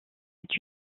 est